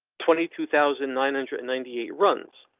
twenty two thousand nine hundred and ninety eight runs.